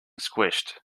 squished